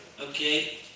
okay